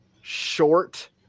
short